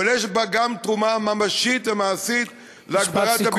אבל יש בה גם תרומה ממשית ומעשית להגברת הביטחון והאכיפה.